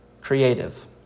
creative